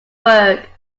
work